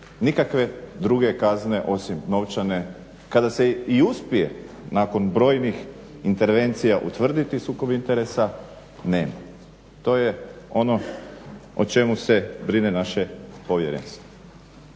nikakve druge kazne osim novčane, kada se i uspije nakon brojnih intervencija utvrditi sukob interesa nema. To je ono o čemu se brine naše povjerenstvo.